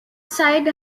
side